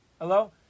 Hello